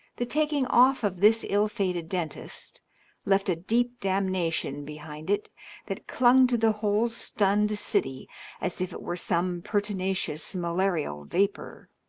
the taking off of this ill-fated dentist left a deep damnation behind it that clung to the whole stunned city as if it were some pertinacious malarial vapor.